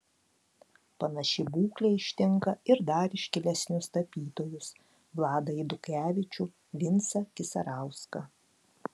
panaši būklė ištinka ir dar iškilesnius tapytojus vladą eidukevičių vincą kisarauską